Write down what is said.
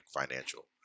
financial